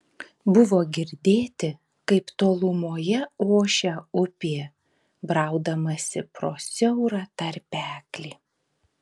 buvo girdėti kaip tolumoje ošia upė braudamasi pro siaurą tarpeklį